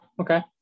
okay